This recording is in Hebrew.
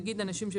נגיד אנשים,